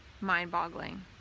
mind-boggling